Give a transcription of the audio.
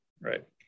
right